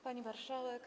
Pani Marszałek!